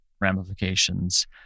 ramifications